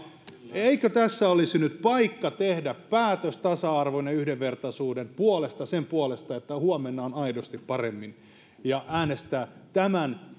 eikö tässä olisi nyt paikka tehdä päätös tasa arvon ja yhdenvertaisuuden puolesta sen puolesta että huomenna on aidosti paremmin ja äänestää tämän